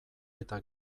eta